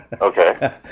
Okay